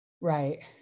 right